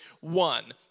one